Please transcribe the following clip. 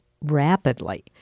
rapidly